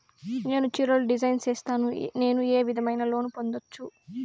నేను చీరలు డిజైన్ సేస్తాను, నేను ఏ విధమైన లోను పొందొచ్చు